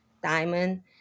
Diamond